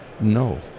no